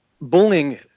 Bullying